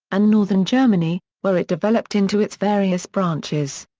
and northern germany, where it developed into its various branches.